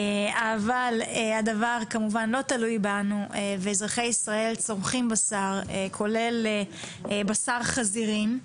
אבל הדבר כמובן לא תלוי בנו ואזרחי ישראל צורכים בשר כולל בשר חזירים.